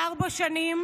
חברת הכנסת מיכל שיר,